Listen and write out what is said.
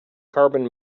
carbon